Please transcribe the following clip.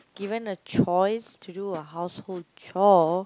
given a choice to do a household chore